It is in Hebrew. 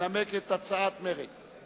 ינמק את הצעת מרצ.